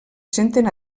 senten